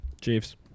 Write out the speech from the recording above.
Chiefs